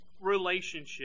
relationship